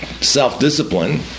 self-discipline